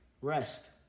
rest